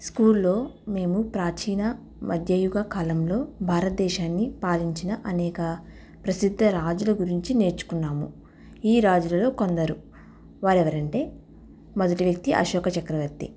స్కూల్లో మేము ప్రాచీన మధ్యయుగ కాలంలో భారతదేశాన్ని పాలించిన అనేక ప్రసిద్ధ రాజుల గురించి నేర్చుకున్నాము ఈ రాజులలో కొందరు వారు ఎవరంటే మొదటి వ్యక్తి అశోక చక్రవర్తి